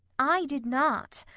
i did not.